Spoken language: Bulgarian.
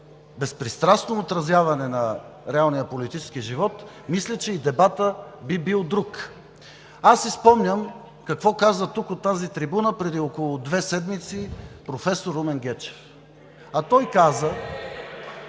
безпристрастно отразяване на реалния политически живот, мисля, че и дебатът би бил друг. Спомням си какво каза тук, от тази трибуна, преди около две седмици професор Румен Гечев. (Възгласи